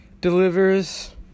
delivers